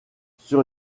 sur